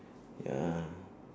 ya